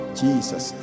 jesus